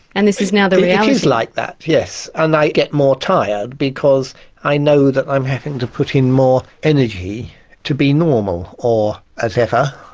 and this is now the reality. it is like that, yes, and i get more tired because i know that i'm having to put in more energy to be normal or as ever.